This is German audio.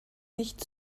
nicht